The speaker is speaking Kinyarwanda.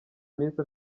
iminsi